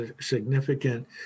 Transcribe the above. significant